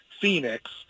Phoenix